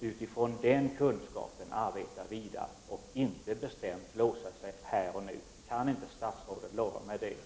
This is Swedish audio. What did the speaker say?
Utifrån den kunskapen kan man sedan arbeta vidare, i stället för att bestämt låsa sig här och nu. Kan inte statsrådet lova mig detta?